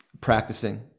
practicing